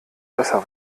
besser